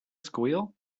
squeal